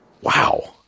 wow